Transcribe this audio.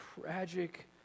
tragic